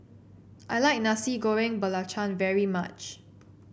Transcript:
I like Nasi Goreng Belacan very much